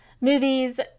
movies